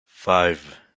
five